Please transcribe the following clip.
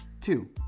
Two